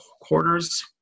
quarters